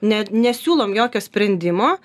ne nesiūlom jokio sprendimo